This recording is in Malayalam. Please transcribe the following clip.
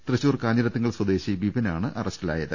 തൃശൂർ കാഞ്ഞിരത്തിങ്കൽ സ്വദേശി വിപിനാണു അറസ്റ്റിലായത്